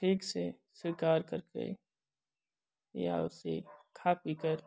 ठीक से स्वीकार करके या उसे खा पीकर